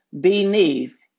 beneath